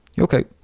okay